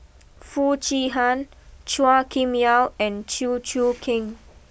Foo Chee Han Chua Kim Yeow and Chew Choo Keng